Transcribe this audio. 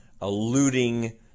alluding